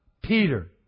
Peter